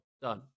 Done